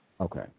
Okay